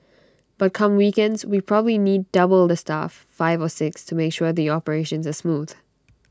but come weekends we probably need double the staff five or six to make sure the operations are smooth